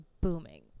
booming